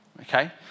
okay